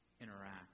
interact